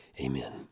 amen